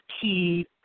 key